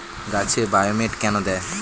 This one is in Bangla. গাছে বায়োমেট কেন দেয়?